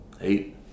eight